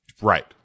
right